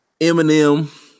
eminem